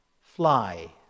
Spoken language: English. fly